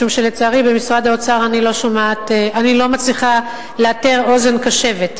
משום שלצערי במשרד האוצר אני לא מצליחה לאתר אוזן קשבת.